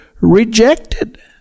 rejected